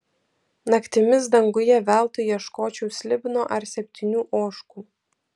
naktimis danguje veltui ieškočiau slibino ar septynių ožkų